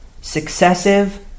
successive